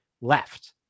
left